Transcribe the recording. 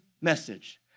message